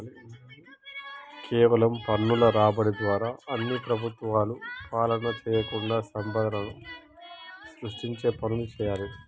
కేవలం పన్నుల రాబడి ద్వారా అన్ని ప్రభుత్వాలు పాలన చేయకుండా సంపదను సృష్టించే పనులు చేయాలి